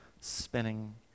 spinning